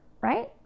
right